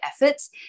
efforts